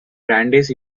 brandeis